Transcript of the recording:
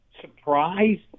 surprised